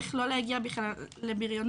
איך לא להגיע בכלל לבריונות,